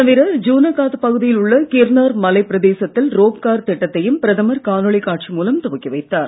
தவிர ஜுனகாத் பகுதியில் உள்ள கிர்னார் மலைப் பிரதேசத்தில் ரோப் கார் திட்டத்தையும் பிரதமர் காணொலி காட்சி மூலம் துவக்கி வைத்தார்